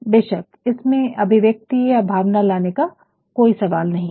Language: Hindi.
बेशक इसमें अभिव्यक्ति या भावना लाने का कोई सवाल नहीं है